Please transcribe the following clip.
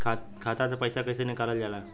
खाता से पैसा कइसे निकालल जाला?